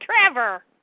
Trevor